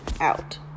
out